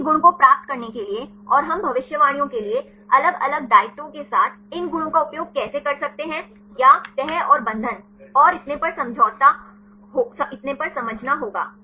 किसी भी गुण को प्राप्त करने के लिए और हम भविष्यवाणियों के लिए अलग अलग दायित्वों के साथ इन गुणों का उपयोग कैसे कर सकते हैं या तह और बंधन और इतने पर समझना होगा